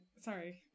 Sorry